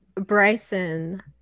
bryson